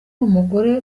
umugore